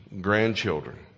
grandchildren